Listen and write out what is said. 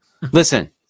Listen